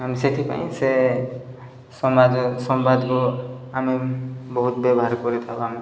ଆମେ ସେଥିପାଇଁ ସେ ସମାଜ ସମ୍ବାଦକୁ ଆମେ ବହୁତ ବ୍ୟବହାର କରିଥାଉ ଆମେ